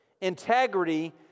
integrity